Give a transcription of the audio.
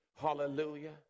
Hallelujah